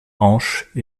hanche